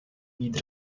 být